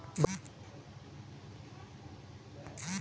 बठ्ठी देय रक्कम भरानंतर जारीकर्ताना उरेल व्याजना इक्विटी शेअर्स बनाडतस